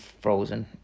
frozen